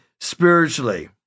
spiritually